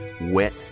wet